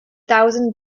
thousand